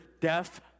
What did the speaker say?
death